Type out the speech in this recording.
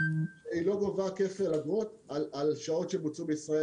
היא לא גובה כפל אגרות על שעות שבוצעו בישראל.